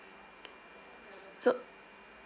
so